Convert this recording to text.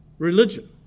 religion